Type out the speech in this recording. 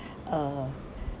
uh